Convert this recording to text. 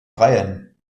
dreien